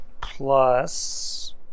Plus